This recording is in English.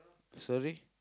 sorry